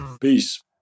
Peace